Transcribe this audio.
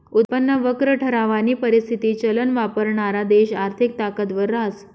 उत्पन्न वक्र ठरावानी परिस्थिती चलन वापरणारा देश आर्थिक ताकदवर रहास